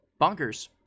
Bonkers